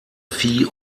vieh